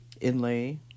inlay